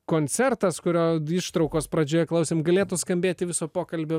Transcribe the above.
koncertas kurio ištraukos pradžioj klausėm galėtų skambėti viso pokalbio